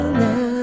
now